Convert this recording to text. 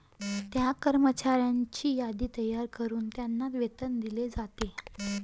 त्या कर्मचाऱ्यांची यादी तयार करून त्यांना वेतन दिले जाते